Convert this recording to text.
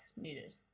needed